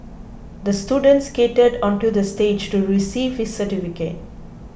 the student skated onto the stage to receive his certificate